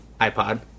iPod